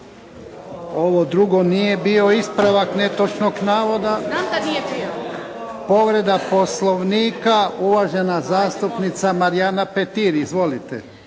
Ovo drugo nije bio ispravak netočnog navoda. Povreda Poslovnika, uvažena zastupnica Marijana Petir. Izvolite.